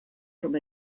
from